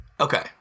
Okay